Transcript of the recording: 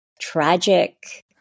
tragic